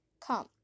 Come